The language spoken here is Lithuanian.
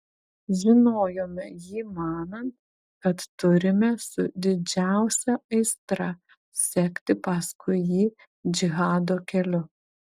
žinojome jį manant kad turime su didžiausia aistra sekti paskui jį džihado keliu